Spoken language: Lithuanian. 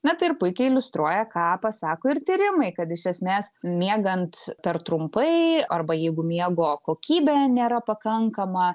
na tai ir puikiai iliustruoja ką pasako ir tyrimai kad iš esmės miegant per trumpai arba jeigu miego kokybė nėra pakankama